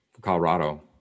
Colorado